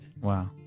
Wow